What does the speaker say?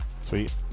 Sweet